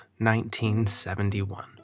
1971